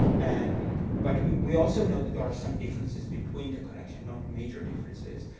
um but we we also know that there are some differences between the collection not major differences.